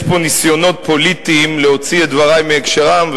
יש פה ניסיונות פוליטיים להוציא את דברי מהקשרם,